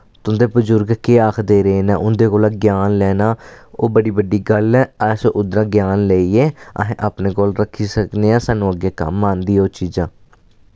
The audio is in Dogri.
तुंदे बजुर्ग केह् आखदे रेह् न उं'दे कोला ज्ञान लेना ओह् बड़ी बड्डी गल्ल ऐ अस उद्धरा ज्ञान लेइयै अस अपने कोल रक्खी सकने आं स्हानू अग्गै कम्म औंदी ओह् चीजां